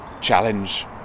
challenge